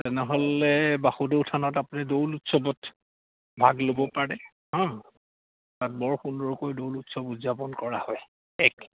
তেনেহ'লে বাসুদেউ থানত আপুনি দৌল উৎসৱত ভাগ ল'ব পাৰে হা তাত বৰ সুন্দৰকৈ দৌল উৎসৱ উদযাপন কৰা হয় এক